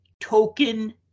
token